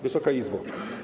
Wysoka Izbo!